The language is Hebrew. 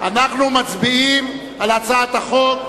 אנחנו מצביעים על הצעת חוק